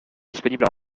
disponible